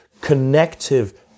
connective